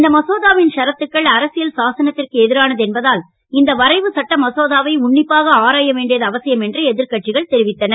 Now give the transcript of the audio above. இந்த மசோதாவின் சரத்துகள் அரசியல் சாசனத்திற்கு எதிரானது என்பதால் இந்த வரைவு சட்ட மசோதாவை உண்ணிப்பாக ஆராய வேண்டியது அவசியம் என்று எதிர்கட்சிகள் தெரிவித்தனர்